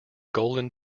golden